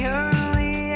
early